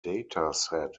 dataset